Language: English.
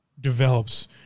develops